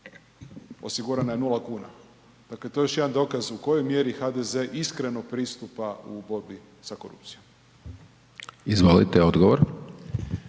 Osigurana je nula kuna. Dakle, to je još jedan dokaz u kojoj mjeri HDZ iskreno pristupa u borbi za korupciju. **Hajdaš